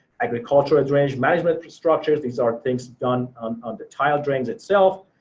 agriculture drainage management structures. these are things done on on the tile drains itself.